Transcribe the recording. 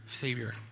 Savior